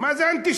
מה זה אנטישמיות,